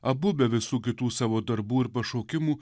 abu be visų kitų savo darbų ir pašaukimų